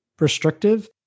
restrictive